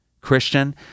Christian